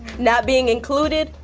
not being included,